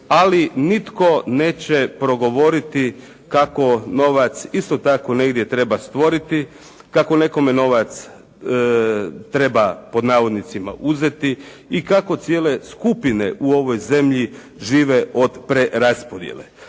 ali nitko neće progovoriti kako novac isto tako negdje treba stvoriti, kako nekome novac treba "uzeti" i kako cijele skupine u ovoj zemlji žive od preraspodjele.